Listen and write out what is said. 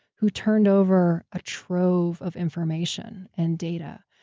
who turned over a trove of information and data.